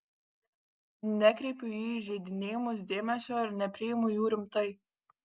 nekreipiu į įžeidinėjimus dėmesio ir nepriimu jų rimtai